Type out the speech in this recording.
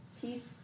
peace